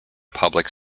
public